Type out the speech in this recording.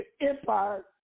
empire